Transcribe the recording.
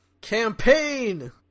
Campaign